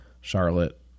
Charlotte